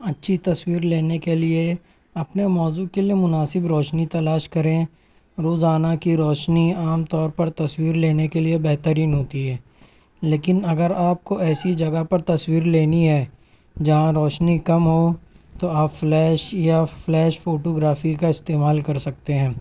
اچھی تصویر لینے کے لئے اپنے موضوع کے لئے مناسب روشنی تلاش کریں روزانہ کی روشنی عام طور پر تصویر لینے کے لئے بہترین ہوتی ہے لیکن اگر آپ کو ایسی جگہ پر تصویر لینی ہے جہاں روشنی کم ہو تو آپ فلیش یا فلیش فوٹوگرافی کا استعمال کر سکتے ہیں